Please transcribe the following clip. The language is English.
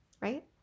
Right